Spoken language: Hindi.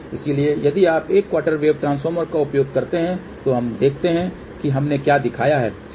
इसलिए यदि आप एक क्वार्टर वेव ट्रांसफार्मर का उपयोग करते हैं तो हम देखते हैं कि हमने क्या दिखाया है